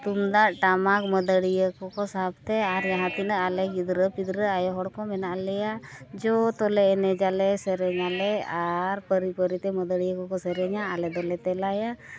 ᱛᱩᱢᱫᱟᱜ ᱴᱟᱢᱟᱠ ᱢᱟᱹᱫᱟᱹᱲᱤᱭᱟᱹ ᱠᱚᱠᱚ ᱥᱟᱵᱛᱮ ᱟᱨ ᱡᱟᱦᱟᱸ ᱛᱤᱱᱟᱹᱜ ᱟᱞᱮ ᱜᱤᱫᱽᱨᱟᱹ ᱯᱤᱫᱽᱨᱟᱹ ᱟᱭᱳ ᱦᱚᱲ ᱠᱚ ᱢᱮᱱᱟᱜ ᱞᱮᱭᱟ ᱡᱚᱛᱚᱞᱮ ᱮᱱᱮᱡ ᱟᱞᱮ ᱥᱮᱨᱮᱧ ᱟᱞᱮ ᱟᱨ ᱯᱟᱹᱨᱤ ᱯᱟᱹᱨᱤᱛᱮ ᱢᱟᱹᱫᱟᱹᱲᱤᱭᱟᱹ ᱠᱚᱠᱚ ᱥᱮᱨᱮᱧᱟ ᱟᱞᱮ ᱫᱚᱞᱮ ᱛᱮᱞᱟᱭᱟ